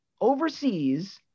overseas